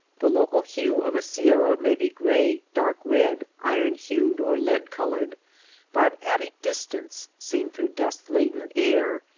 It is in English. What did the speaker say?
the local hue of a sierra may be gray, dark red, iron-hued, or lead-colored but at a distance, seen through dust-laden air,